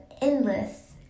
endless